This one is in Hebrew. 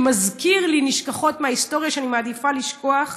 שמזכיר לי נשכחות מההיסטוריה שאני מעדיפה לשכוח.